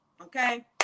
Okay